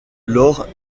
lors